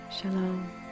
Shalom